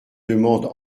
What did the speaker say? demande